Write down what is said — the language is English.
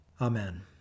Amen